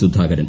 Sudhakaran